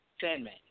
Sandman